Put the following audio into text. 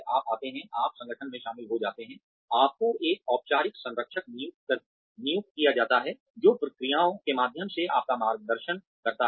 आप आते हैं आप संगठन में शामिल हो जाते हैं आपको एक औपचारिक संरक्षक नियुक्त किया जाता है जो प्रक्रियाओं के माध्यम से आपका मार्गदर्शन करता है